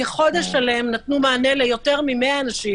כחודש שלם נתנו מענה ליותר ממאה אנשים.